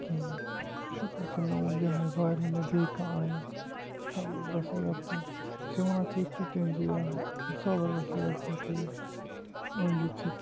شُکُر کہِ مےٚ اوٚن یُہاے وارنہٕ مےٚ بیٚیہِ کانٛہہ اَنے زَبردَست ایر فون بہٕ چھ ساے وَنان ژےٚ تہِ ژٕ تہِ أنزِ یُہے زبردست ایر فون چھُ یہِ أنۍ زِ ژٕ تہِ